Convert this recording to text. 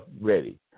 ready